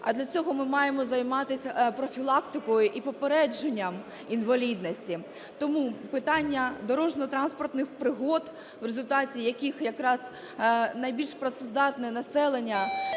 А для цього ми маємо займатися профілактикою і попередженням інвалідності. Тому питання дорожньо-транспортних пригод, в результаті яких якраз найбільш працездатне населення